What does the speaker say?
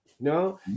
No